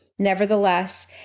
Nevertheless